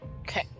Okay